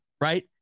right